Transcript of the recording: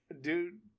dude